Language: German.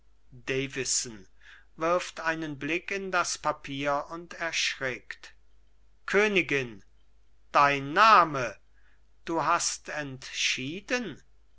wirft einen blick in das papier und er schrickt königin dein name du hast entschieden